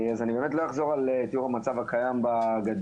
אז אני באמת לא אחזור על תיאור המצב הקיים בגדר.